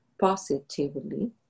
positively